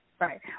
Right